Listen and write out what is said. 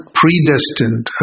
predestined